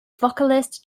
vocalist